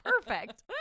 perfect